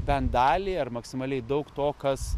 bent dalį ar maksimaliai daug to kas